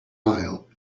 aisle